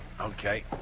Okay